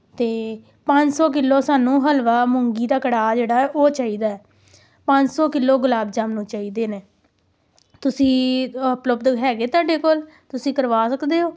ਅਤੇ ਪੰਜ ਸੌ ਕਿਲੋ ਸਾਨੂੰ ਹਲਵਾ ਮੂੰਗੀ ਦਾ ਕੜਾਹ ਜਿਹੜਾ ਉਹ ਚਾਹੀਦਾ ਪੰਜ ਸੌ ਕਿਲੋ ਗੁਲਾਬ ਜਾਮੁਨ ਚਾਹੀਦੇ ਨੇ ਤੁਸੀਂ ਉਪਲਬਧ ਹੈਗੇ ਤੁਹਾਡੇ ਕੋਲ ਤੁਸੀਂ ਕਰਵਾ ਸਕਦੇ ਹੋ